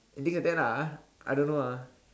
and things like that lah ah I don't know ah